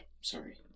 sorry